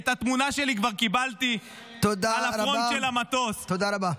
את התמונה שלי כבר קיבלתי על הפרונט של המטוסץ תודה רבה.